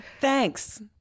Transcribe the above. Thanks